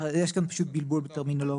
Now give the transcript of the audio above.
יש כאן פשוט בלבול בטרמינולוגיה.